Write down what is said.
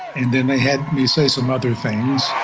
and then they had me say some other things